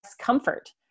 comfort